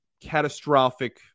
catastrophic